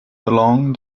along